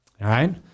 right